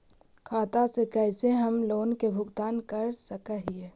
खाता से कैसे हम लोन के भुगतान कर सक हिय?